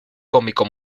cómico